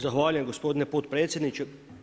Zahvaljujem gospodine potpredsjedniče.